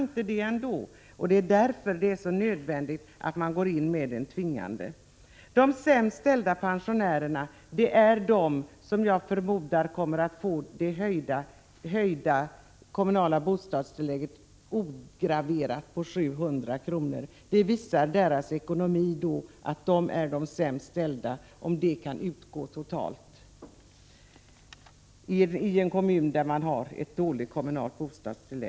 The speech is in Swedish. Så blev det inte, och därför är det nödvändigt att gå in med en tvingande bestämmelse. Jag förmodar att det är de sämst ställda pensionärerna som kommer att få det höjda kommunala bostadstillägget på 700 kr. ograverat. Det blir beloppet i en kommun med dåligt kommunalt bostadstillägg. De som har en sådan ekonomi att det kan utgå helt och hållet är också de sämst ställda.